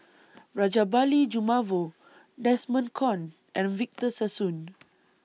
Rajabali Jumabhoy Desmond Kon and Victor Sassoon